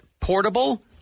portable